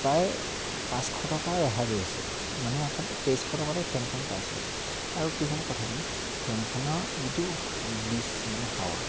প্ৰায় পাঁচশ টকা ৰেহাই দিছে মানে অৰ্থাৎ তেইছশ টকাতে ফেনখন পাইছোঁ আৰু কি হ'ল কথাটো ফেনখনৰ যিটো বিচ মানে হাৱা